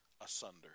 asunder